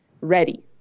ready